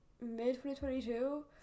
mid-2022